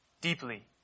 deeply